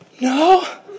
No